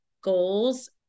goals